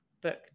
book